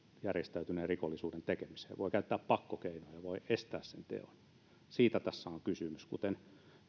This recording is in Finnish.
järjestäytyneen rikollisuuden tekemiseen voi käyttää pakkokeinoja voi estää sen teon siitä tässä on kysymys kuten